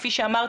כפי שאמרתי,